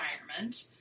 environment